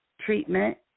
treatment